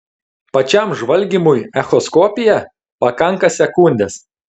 pačiam žvalgymui echoskopija pakanka sekundės